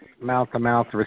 mouth-to-mouth